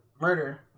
murder